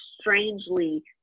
strangely